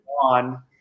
on